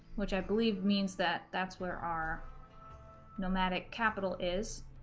which i believe means that that's where our nomadic capital is,